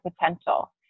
potential